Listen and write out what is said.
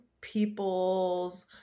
peoples